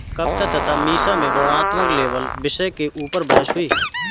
कविता तथा मीसा में वर्णनात्मक लेबल विषय के ऊपर बहस हुई